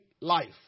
life